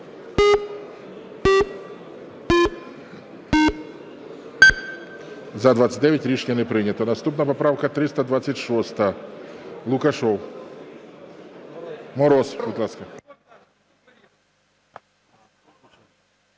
За-29 Рішення не прийнято. Наступна поправка 326. Лукашев. Мороз, будь ласка.